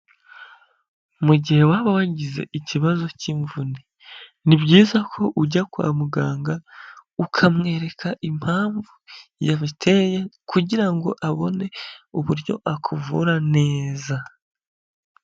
Mu gihe waba wagize ikibazo cy'imvune. Ni byiza ko ujya kwa muganga, ukamwereka impamvu yabiteye kugira ngo abone uburyo akuvura neza.